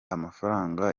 amafaranga